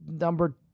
number